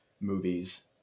movies